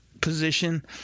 position